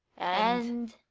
and,